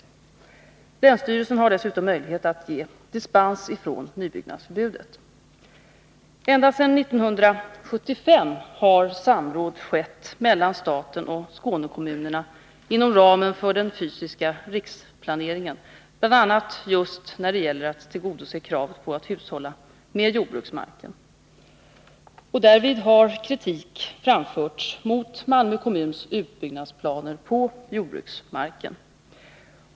Länsstyrelsen har 105 dessutom möjlighet att ge dispens från nybyggnadsförbudet. Ända sedan 1975 har samråd skett mellan staten och Skånekommunerna inom ramen för den fysiska riksplaneringen bl.a. just när det gäller att tillgodose kravet på att hushålla med jordbruksmarken. Därvid har kritik framförts mot Malmö kommuns planer för utbyggnad på jordbruksmarken.